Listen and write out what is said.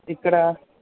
ఇక్కడ